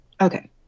okay